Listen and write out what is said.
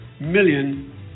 million